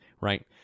right